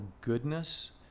goodness